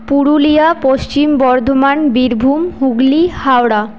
Purulia Paschim Bardhaman Birbhum Hooghly Howrah